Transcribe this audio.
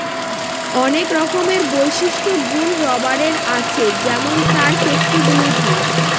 অনেক রকমের বিশিষ্ট গুন রাবারের আছে যেমন তার ফ্লেক্সিবিলিটি